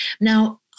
Now